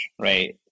right